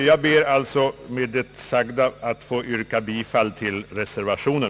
Jag ber alltså med det anförda att få yrka bifall till reservationen.